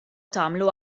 tagħmlu